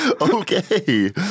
Okay